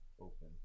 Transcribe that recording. open